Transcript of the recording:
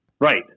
right